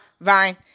Vine